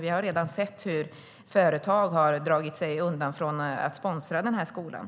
Vi har redan sett hur företag har dragit sig undan från att sponsra den här skolan.